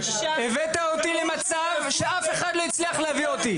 הבאת אותי למצב שאף אחד לא הצליח להביא אותי בעשור האחרון.